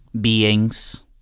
beings